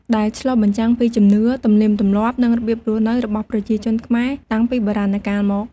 ដែលឆ្លុះបញ្ចាំងពីជំនឿ ទំនៀមទម្លាប់ និងរបៀបរស់នៅរបស់ប្រជាជនខ្មែរតាំងពីបុរាណកាលមក។